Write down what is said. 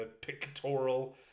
pictorial